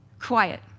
quiet